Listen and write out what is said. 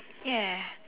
ya